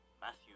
Matthew